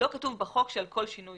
לא כתוב בחוק שעל כל שינוי